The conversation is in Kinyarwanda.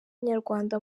nyarwanda